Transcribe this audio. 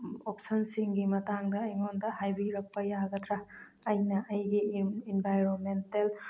ꯑꯣꯞꯁꯟꯁꯤꯡꯒꯤ ꯃꯇꯥꯡꯗ ꯑꯩꯉꯣꯟꯗ ꯍꯥꯏꯕꯤꯔꯛꯄ ꯌꯥꯒꯗ꯭ꯔꯥ ꯑꯩꯅ ꯑꯩꯒꯤ ꯏꯟꯚꯥꯏꯔꯣꯟꯃꯦꯟꯇꯦꯜ